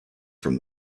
from